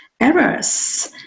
errors